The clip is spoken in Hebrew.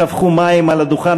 שפכו מים על הדוכן,